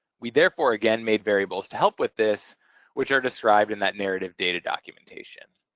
we therefore, again, made variables to help with this which are described in that narrative data documentation.